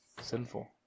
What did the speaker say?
sinful